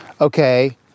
Okay